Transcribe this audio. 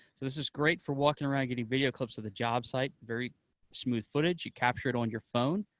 this is great for walking around, getting video clips of the job site. very smooth footage. you capture it on your phone.